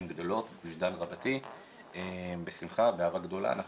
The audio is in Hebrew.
אתה הפנים של קהילת מכבי, משפחה גדולה וחשובה,